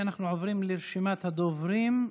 אנחנו עוברים לרשימת הדוברים.